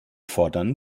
fordern